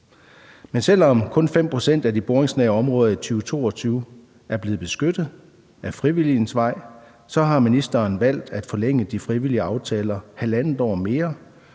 Men selv om det kun er 5 pct. af de boringsnære områder, der i 2022 er blevet beskyttet ad frivillighedens vej, har ministeren valgt at forlænge de frivillige aftaler halvandet år mere.